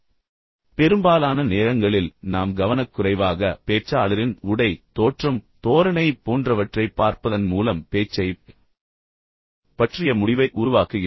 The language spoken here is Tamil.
இப்போது பெரும்பாலான நேரங்களில் நாம் கவனக்குறைவாக பேச்சாளரின் உடை தோற்றம் தோரணை போன்றவற்றைப் பார்ப்பதன் மூலம் பேச்சைப் பற்றிய முடிவை உருவாக்குகிறோம்